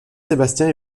sébastien